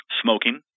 smoking